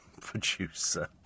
producer